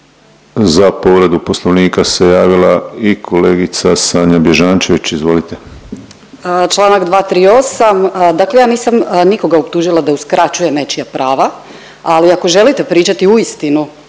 Za povredu Poslovnika se javila i kolegica Sanja Bježančević, izvolite. **Bježančević, Sanja (SDP)** Čl. 238, dakle ja nisam nikoga optužila da uskraćuje nečija prava, ali ako želite pričati uistinu